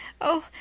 Oh